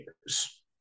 years